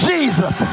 Jesus